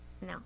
No